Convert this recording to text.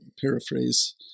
paraphrase